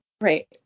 Right